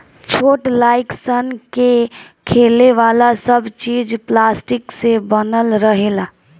छोट लाइक सन के खेले वाला सब चीज़ पलास्टिक से बनल रहेला